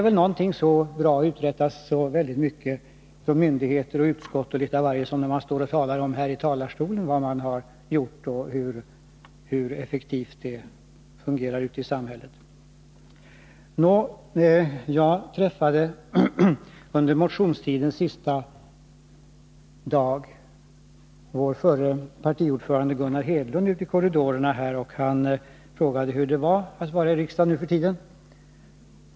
Aldrig uträttas så mycket av myndigheter och utskott och aldrig är någonting så bra som när man här i talarstolen berättar om vad som har gjorts och hur effektivt myndigheterna fungerar ute i samhället. Jag träffade under motionstidens sista dag vår förre partiordförande Gunnar Hedlund i riksdagskorridoren. Han frågade hur det är i riksdagen nu förtiden.